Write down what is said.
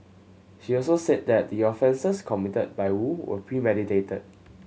she also said that the offences committed by Woo were premeditated